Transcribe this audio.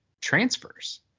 transfers